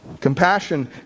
Compassion